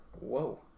Whoa